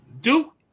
Duke